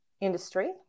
industry